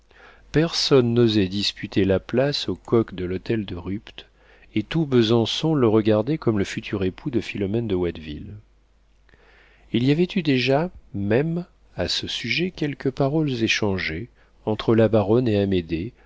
personne n'osait disputer la place au coq de l'hôtel de rupt et tout besançon le regardait comme le futur époux de philomène de watteville il y avait eu déjà même à ce sujet quelques paroles échangées entre la baronne et amédée